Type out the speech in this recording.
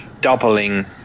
doubling